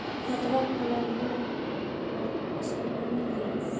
खतवा खोलैलहो तव पसबुकवा मिल गेलो?